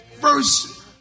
first